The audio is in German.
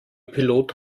pilot